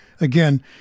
again